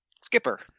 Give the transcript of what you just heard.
Skipper